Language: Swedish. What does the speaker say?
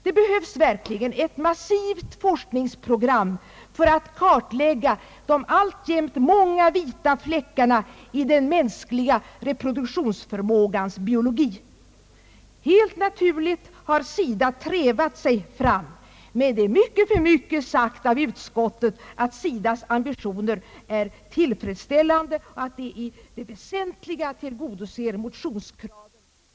Det behövs verkligen ett massivt forskningsprogram för att kartlägga de alltjämt många vita fläckarna i den mänskliga reproduktionsförmågans biologi. Helt naturligt har SIDA trevat sig fram. Men det är mycket för mycket sagt av utskottet att SIDA:s ambitioner är tillfredsställande och att de i det väsentliga tillgodoser motionskraven på mer bistånd med familjeplanering.